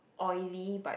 oily but